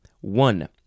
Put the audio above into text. One